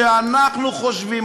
שאנחנו חושבים,